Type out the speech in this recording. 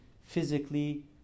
physically